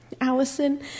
Allison